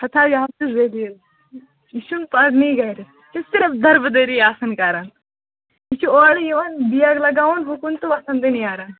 ہتا یہِ ہا چھُ ذٔلیٖل یہِ چھُنہِ پَرنے گَرِ یہِ چھُ صِرِف دَربہٕ دٔری آسان کَران یہِ چھُ اوٗرٕ یِورٕ بیٚگ لَگاوان ہُہ کُن تہٕ وۅتھان تہٕ نیٚران